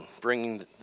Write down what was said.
bringing